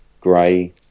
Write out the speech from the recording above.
Gray